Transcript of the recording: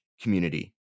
community